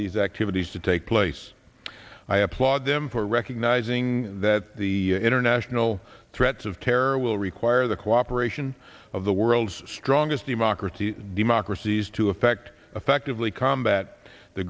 these activities to take place i applaud them for recognizing that the international threats of terror will require the cooperation of the world's strongest team ocracy democracies to effect effectively combat the